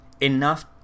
Enough